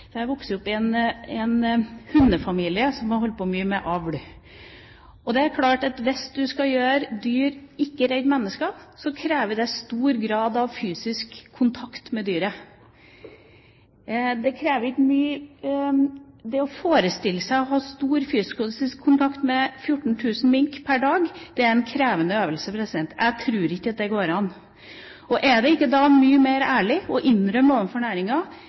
vokst opp i en hundefamilie som har holdt mye på med avl. Og det er klart at hvis du skal få dyr til ikke å være redd mennesker, så krever det stor grad av fysisk kontakt med dyret. Det å forestille seg stor fysisk kontakt med 14 000 mink per dag er en krevende øvelse. Jeg tror ikke at det går an. Er det ikke da mye ærligere å innrømme overfor næringa at vi tror ikke at de kommer i mål med de målene vi satte for